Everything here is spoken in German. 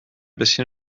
bisschen